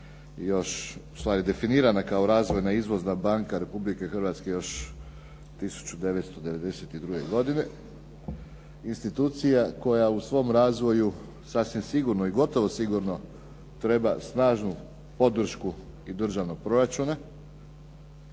još, ustvari definirana je kao razvojna i izvozna banka Republike Hrvatske još 1992. godine. Institucija koja u svom razvoju sasvim sigurno i gotovo sigurno treba snažnu podršku i državnog proračuna